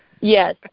yes